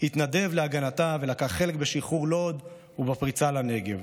התנדב להגנתה ולקח חלק בשחרור לוד ובפריצה לנגב.